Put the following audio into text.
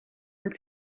nel